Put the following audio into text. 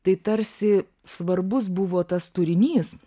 tai tarsi svarbus buvo tas turinys